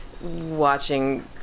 watching